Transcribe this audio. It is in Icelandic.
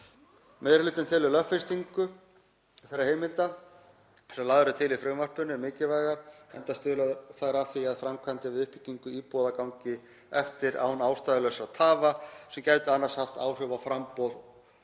Meiri hlutinn telur lögfestingu þeirra heimilda sem lagðar eru til í frumvarpinu mikilvægar enda stuðla þær að því að framkvæmdir við uppbyggingu íbúða gangi eftir án ástæðulausra tafa sem gætu annars haft áhrif á framboð